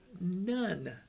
None